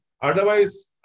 Otherwise